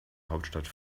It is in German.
hauptstadt